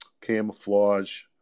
camouflage